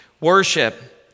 worship